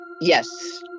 yes